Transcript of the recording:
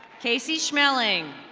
casey schmelling.